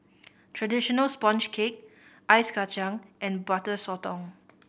traditional sponge cake Ice Kachang and Butter Sotong